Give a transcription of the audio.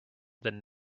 than